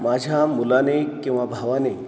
माझ्या मुलाने किंवा भावाने